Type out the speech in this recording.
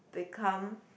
become